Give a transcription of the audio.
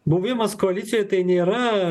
buvimas koalicijoj tai nėra